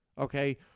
Okay